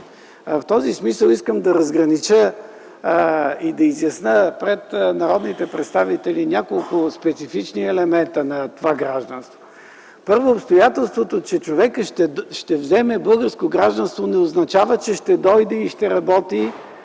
В този смисъл искам да разгранича и изясня пред народните представители няколко специфични елемента на това гражданство. Първо, обстоятелството, че човекът ще вземе българско гражданство, не означава, че ще дойде да работи